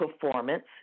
performance